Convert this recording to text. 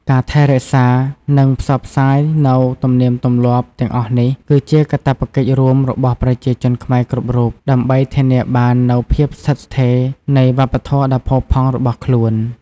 ការថែរក្សា និងផ្សព្វផ្សាយនូវទំនៀមទម្លាប់ទាំងអស់នេះ គឺជាកាតព្វកិច្ចរួមរបស់ប្រជាជនខ្មែរគ្រប់រូប ដើម្បីធានាបាននូវភាពស្ថិតស្ថេរនៃវប្បធម៌ដ៏ផូរផង់របស់ខ្លួន។